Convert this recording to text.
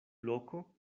loko